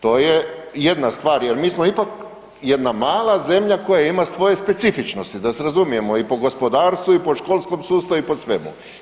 To je jedna stvar jer mi smo ipak jedna mala zemlja koja ima svoje specifičnosti da se razumijemo i po gospodarstvu i po školskom sustavu i po svemu.